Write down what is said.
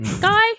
guy